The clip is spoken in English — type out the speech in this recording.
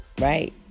right